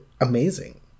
Amazing